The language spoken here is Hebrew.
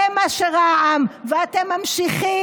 זה מה שרע"מ, ואתם ממשיכים.